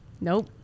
Nope